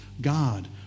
God